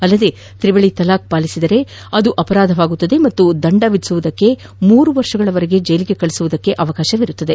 ಅಲ್ಲದೆ ತ್ರಿವಳಿ ತಲಾಖ್ ಪಾಲಿಸಿದರೆ ಅದು ಅಪರಾಧವಾಗುತ್ತದೆ ಮತ್ತು ದಂಡ ವಿಧಿಸುವುದಲ್ಲದೆ ಮೂರು ವರ್ಷಗಳವರೆಗೆ ಜೈಲಿಗೆ ಕಳುಹಿಸುವ ಅವಕಾಶವಿದೆ